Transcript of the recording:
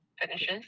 finishes